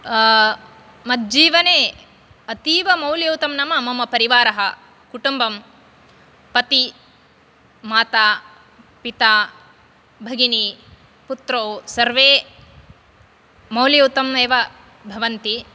मज्जीवने अतीवं मौल्ययुतं नाम मम परिवारः कुटुम्बं पतिः माता पिता भगिनि पुत्रौ सर्वे मौल्ययुतम् एव भवन्ति